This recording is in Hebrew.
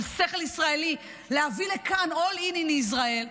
שכל ישראלי להביא לכאןall in in Israel ,